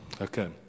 Okay